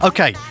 Okay